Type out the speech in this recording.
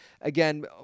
again